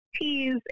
teas